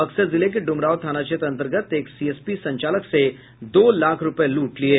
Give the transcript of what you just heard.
बक्सर जिले के डुमराव थाना क्षेत्र अंतर्गत एक सीएसपी संचालक से दो लाख रूपये लूट लिये